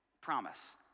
promise